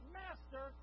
master